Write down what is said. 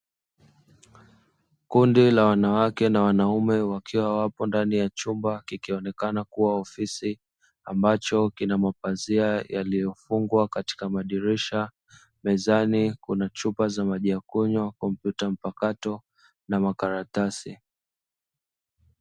Kundi la wanawake na wanaume wakiwa wapo ndani ya chumba kikionekana kuwa ni ofisi, ambacho kina mapazia yaliyofungwa katika madirisha, mezani kuna chupa za maji ya kunywa, kompyuta mpakato na makaratasi.